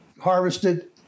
harvested